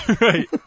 Right